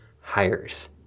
Hires